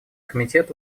комитет